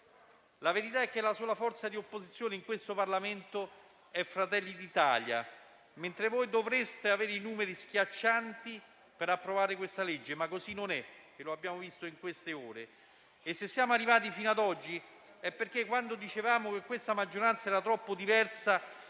La verità è che la sola forza di opposizione in questo Parlamento è Fratelli d'Italia, mentre voi dovreste avere i numeri schiaccianti per approvare questa legge; ma così non è e lo abbiamo visto in queste ore. Se siamo arrivati fino ad oggi è perché, quando dicevamo che questa maggioranza era troppo diversa